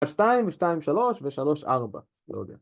‫עד שתיים, ושתיים שלוש, ‫ושלוש ארבע, לא יודע.